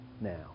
now